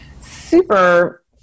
super